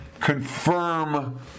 confirm